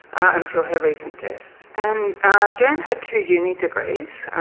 until her recent death. and jan had two uni degrees.